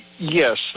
Yes